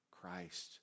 Christ